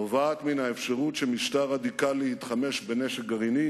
נובעת מן האפשרות שמשטר רדיקלי יתחמש בנשק גרעיני